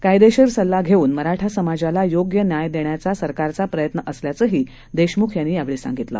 कायदेशीर सल्ला घेऊन मराठा समाजाला योग्य न्याय देण्याचा सरकारचा प्रयत्न असल्याचही देशमुख यांनी सांगितलं